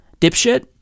dipshit